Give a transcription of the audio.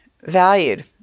valued